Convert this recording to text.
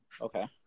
Okay